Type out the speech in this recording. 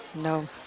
No